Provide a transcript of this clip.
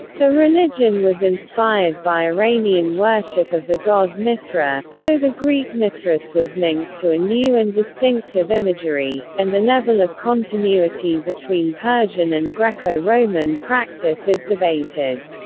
the religion was inspired by iranian worship of the god mithra, though the greek mithras was linked to a new and distinctive imagery, and the level of continuity between persian and greco-roman practice is debated.